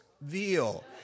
veal